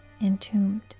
entombed